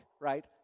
right